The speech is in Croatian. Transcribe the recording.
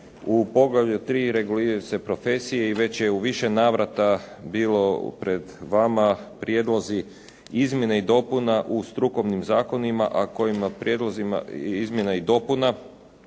u poglavlju 3. reguliraju se profesije i već je u više navrata bilo pred vama prijedlozi izmjene i dopuna u strukovnim zakonima, a kojim prijedlozima i izmjena dopuna